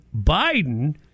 biden